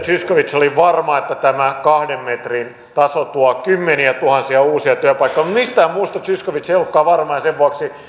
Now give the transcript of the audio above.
zyskowicz oli varma että tämä kahden metrin taso tuo kymmeniätuhansia uusia työpaikkoja mutta mistään muusta zyskowicz ei ollutkaan varma ja sen vuoksi